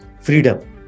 freedom